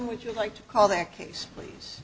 would you like to call that case please